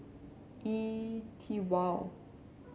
E TWOW